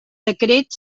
decret